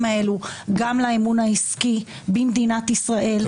האלה גם לאמון העסקי במדינת ישראל.